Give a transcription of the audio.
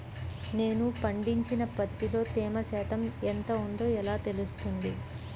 నేను పండించిన పత్తిలో తేమ శాతం ఎంత ఉందో ఎలా తెలుస్తుంది?